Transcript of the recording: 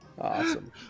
Awesome